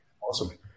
Awesome